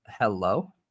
Hello